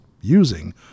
using